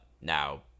Now